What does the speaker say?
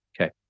Okay